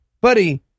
buddy